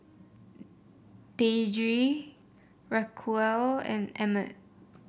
Deirdre Raquel and Emmet